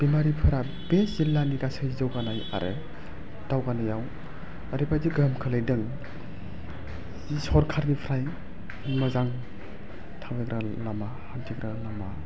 बेमारिफोरा बे जिल्लानि गासै जौगानाय आरो दावगानायाव ओरैबायदि गोहोम खोलैदों जि सरकारनिफ्राय मोजां थाबायग्रा लामा हान्थिग्रा लामा